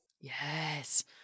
Yes